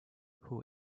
who